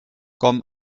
com